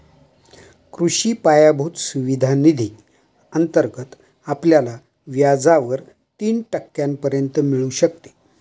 कृषी पायाभूत सुविधा निधी अंतर्गत आपल्याला व्याजावर तीन टक्क्यांपर्यंत मिळू शकते